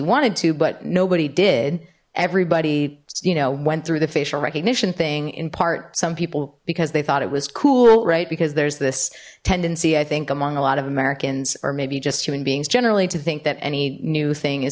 wanted to but nobody did everybody you know went through the facial recognition thing in part some people because they thought it was cool right because there's this tendency i think among a lot of americans or maybe just human beings generally to think that any new thing